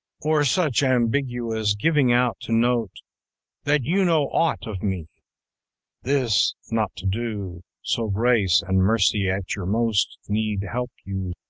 or such ambiguous giving-out, to note that you know aught of me this not to do, so grace and mercy at your most need help you,